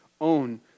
own